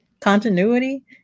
continuity